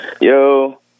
Yo